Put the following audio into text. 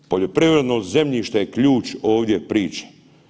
Poljoprivredno zemljište je ključ ovdje priče.